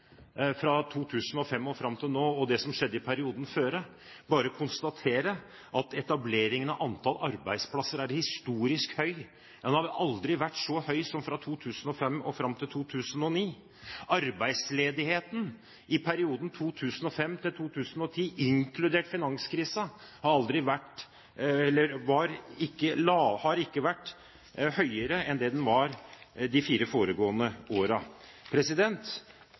fra 2005 og fram til nå, og det som skjedde i perioden før, men bare konstatere at etableringen av antall arbeidsplasser er historisk høy. Den har vel aldri vært så høy som fra 2005 og fram til 2009. Arbeidsledigheten i perioden 2005 til 2010, inkludert finanskrisen, har ikke vært høyere enn den var de fire foregående